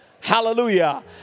Hallelujah